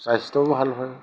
স্বাস্থ্যও ভাল হয়